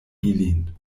ilin